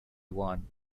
one